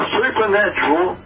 supernatural